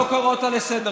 למה אתה לא קורא אותה לסדר?